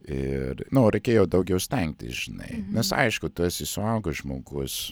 ir nu reikėjo daugiau stengtis žinai nes aišku esi suaugęs žmogus